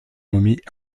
momies